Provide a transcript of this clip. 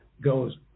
goes